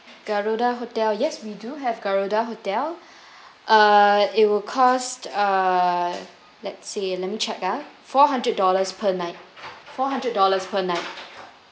garuda hotel yes we do have garuda hotel uh it'll cost uh let say let me check ah four hundred dollars per night four hundred dollars per night